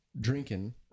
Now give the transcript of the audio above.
drinking